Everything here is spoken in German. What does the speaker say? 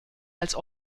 als